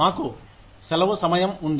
మాకు సెలవు సమయం ఉంది